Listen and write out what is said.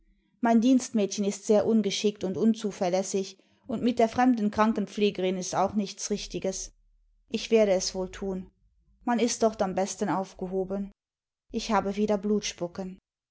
mein dienstmädchen ist sehr ungeschickt und unzuverlässig und mit der fremden krankenpflegerin ist auch nichts richtiges ich werde es wohl tun man ist dort am besten aufgehoben ich habe wieder